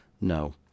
No